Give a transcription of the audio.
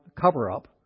cover-up